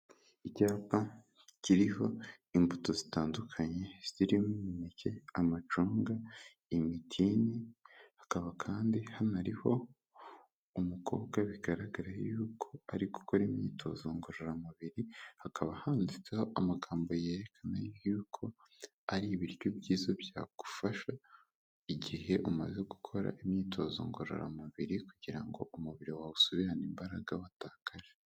Icyapa kiriho imbuto zitandukanye zirimo imineke, amacunga, imitini, hakaba kandi hanariho umukobwa bigaragara yuko ari gukora imyitozo ngororamubiri, hakaba handitseho amagambo yerekana yuko ari ibiryo byiza byagufasha igihe umaze gukora imyitozo ngorora mubiri kugira ngo umubiri wawe usubirane imbaraga watakaje.